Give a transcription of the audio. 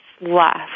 left